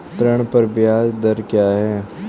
ऋण पर ब्याज दर क्या है?